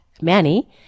Manny